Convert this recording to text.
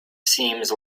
seems